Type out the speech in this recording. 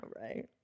right